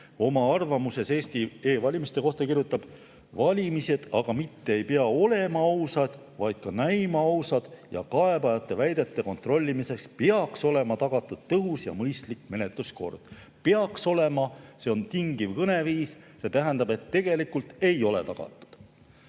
oma arvamuses Eesti e-valimiste kohta kirjutas: "Valimised aga mitte ei pea olema ausad, vaid ka näima ausad, ja kaebajate väidete kontrollimiseks peaks olema tagatud tõhus ja mõistlik menetluskord." Peaks olema – see on tingiv kõneviis, see tähendab, et tegelikult ei ole tagatud.